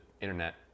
internet